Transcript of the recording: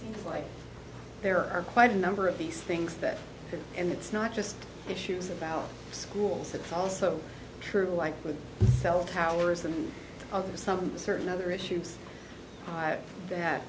both like there are quite a number of these things that and it's not just issues about schools it's also true like with cell towers and other some certain other issues that th